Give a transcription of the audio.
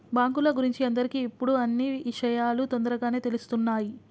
బాంకుల గురించి అందరికి ఇప్పుడు అన్నీ ఇషయాలు తోందరగానే తెలుస్తున్నాయి